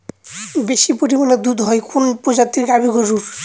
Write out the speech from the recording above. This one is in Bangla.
বেশি পরিমানে দুধ হয় কোন প্রজাতির গাভি গরুর?